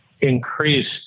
increased